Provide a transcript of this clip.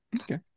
Okay